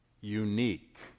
unique